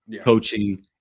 coaching